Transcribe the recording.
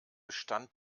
stand